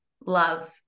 love